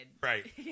Right